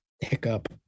hiccup